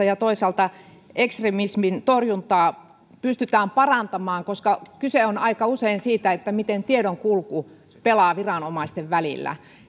ja toisaalta ekstremismin torjuntaa pystytään parantamaan koska kyse on aika usein siitä miten tiedonkulku pelaa viranomaisten välillä